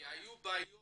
כי דנו פה, היו בעיות